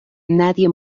nadie